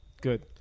Good